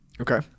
okay